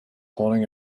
holding